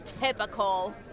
typical